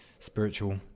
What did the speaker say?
Spiritual